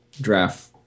draft